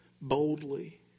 boldly